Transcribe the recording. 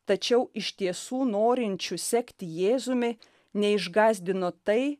tačiau iš tiesų norinčių sekti jėzumi neišgąsdino tai